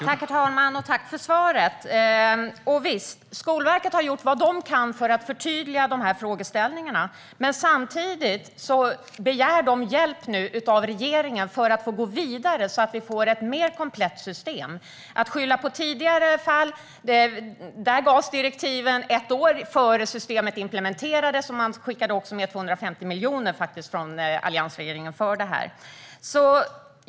Herr talman! Tack för svaret! Visst, Skolverket har gjort vad de kan för att förtydliga de här frågeställningarna. Men samtidigt begär de hjälp av regeringen för att få gå vidare så att vi får ett mer komplett system. Det skylls på tidigare fall. Där gavs direktiven ett år innan systemet implementerades. Alliansregeringen skickade faktiskt också med 250 miljoner för det här.